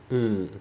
hmm